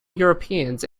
europeans